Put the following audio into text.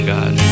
God